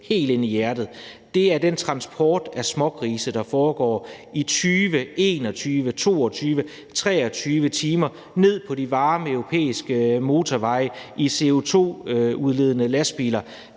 helt ind i hjertet, er den transport af smågrise, der foregår i 20-21-22-23 timer ned ad de varme europæiske motorveje i CO2-udledende lastbiler.